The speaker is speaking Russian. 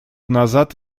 назад